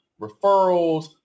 referrals